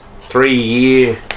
Three-year